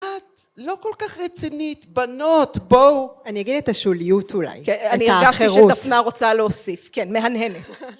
את לא כל כך רצינית בנות בואו אני אגיד את השוליות אולי, את האחרות אני הרגשתי שדפנה רוצה להוסיף, כן, מהנהנת